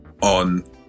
on